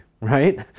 right